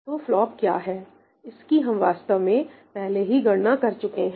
तो फ्लॉप क्या है इसकी हम वास्तव में पहले ही गणना कर चुके हैं